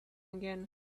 again